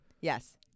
Yes